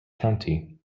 county